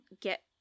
get